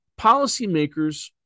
policymakers